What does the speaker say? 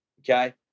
okay